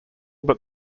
but